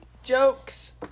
Jokes